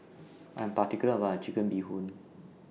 I'm particular about My Chicken Bee Hoon